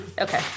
Okay